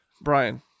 Brian